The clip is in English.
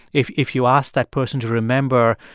if if you ask that person to remember,